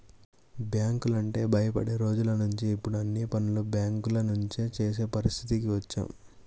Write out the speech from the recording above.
బ్యాంకులంటే భయపడే రోజులనుంచి ఇప్పుడు అన్ని పనులు బ్యేంకుల నుంచే చేసే పరిస్థితికి వచ్చాం